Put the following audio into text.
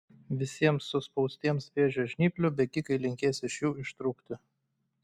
visiems suspaustiems vėžio žnyplių bėgikai linkės iš jų ištrūkti